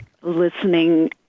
listening